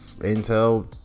Intel